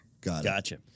Gotcha